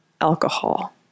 alcohol